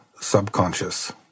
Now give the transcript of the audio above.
subconscious